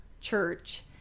church